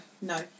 No